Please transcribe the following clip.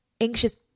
anxious